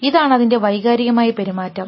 ഇതാണ് അതിൻറെ വൈകാരികമായ പെരുമാറ്റം